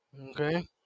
okay